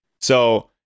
So-